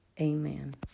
amen